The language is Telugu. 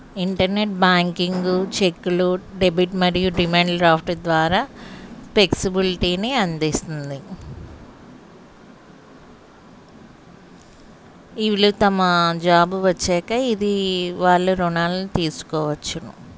ఇంటర్నెట్ బ్యాంకింగు చెక్లు డెబిట్ మరియు డిమాండ్ డ్రాఫ్ట్ల ద్వారా ఫ్లెక్సిబుల్టీని అందిస్తుంది వీళ్ళు తమ జాబ్ వచ్చాక ఇది వాళ్ళ రుణాలని తీసుకోవచ్చును